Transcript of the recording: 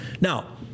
Now